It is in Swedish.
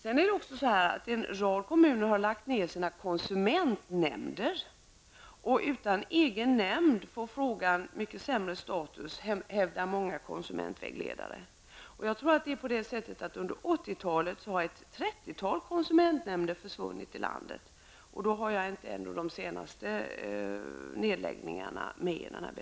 En rad kommuner har lagt ned sina konsumentnämnder. Utan en egen nämnd får konsumentfrågorna mycket sämre status, hävdar många konsumentvägledare. Under 80-talet lär ett trettiotal konsumentnämnder ha försvunnit i landet. I den beräkningen finns inte de senaste nedläggningarna med.